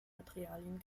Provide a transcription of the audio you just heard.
materialien